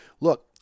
Look